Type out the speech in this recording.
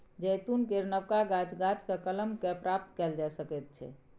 जैतून केर नबका गाछ, गाछकेँ कलम कए प्राप्त कएल जा सकैत छै